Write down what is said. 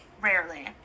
rarely